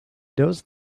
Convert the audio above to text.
those